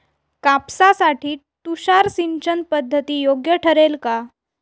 कापसासाठी तुषार सिंचनपद्धती योग्य ठरेल का?